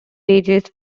wages